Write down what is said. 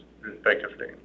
respectively